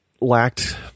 lacked